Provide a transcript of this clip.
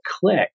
click